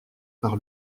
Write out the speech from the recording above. par